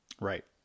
Right